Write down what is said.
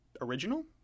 original